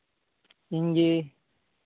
ᱤᱧ ᱜᱮ